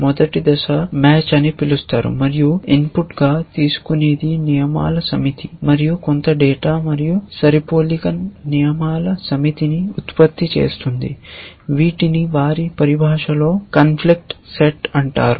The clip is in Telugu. మొదటి దశను మ్యాచ్ అని పిలుస్తారు మరియు ఇన్పుట్గా తీసుకునేది నియమాల సమితి మరియు కొంత డేటా మరియు సరిపోలిక నియమాల సమితిని ఉత్పత్తి చేస్తుంది వీటిని వారి పరిభాషలో కాంఫ్లిక్ట్ సెట్ అంటారు